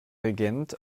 regent